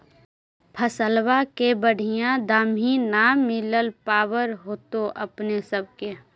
फसलबा के बढ़िया दमाहि न मिल पाबर होतो अपने सब के?